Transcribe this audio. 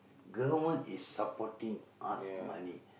government is supporting us money